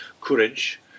Courage